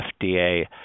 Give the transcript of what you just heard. FDA